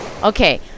Okay